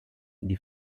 die